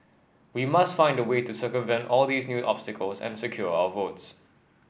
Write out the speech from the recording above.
we must find a way to circumvent all these new obstacles and secure our votes